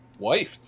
Wifed